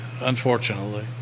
unfortunately